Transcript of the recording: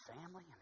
family